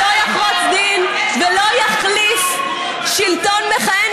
שלא יחרוץ דין ולא יחליף שלטון מכהן